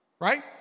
right